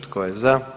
Tko je za?